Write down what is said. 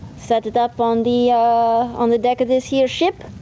set it up on the, ah. on the deck of this here ship?